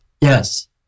Yes